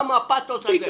למה הפאתוס הזה?